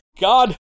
God